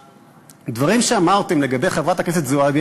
הדברים שאמרתם לגבי חברת הכנסת זועבי,